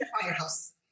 firehouse